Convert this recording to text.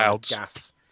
gas